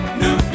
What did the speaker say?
new